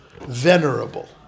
venerable